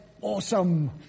awesome